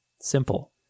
simple